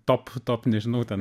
top top nežinau ten